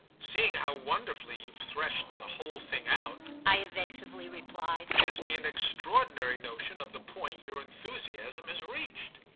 seeing how wonderfully you've threshed the whole thing out, i evasively replied, gives me an extraordinary notion of the point your enthusiasm has reached.